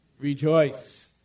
rejoice